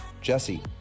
Jesse